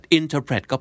interpret